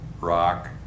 rock